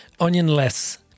onion-less